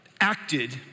acted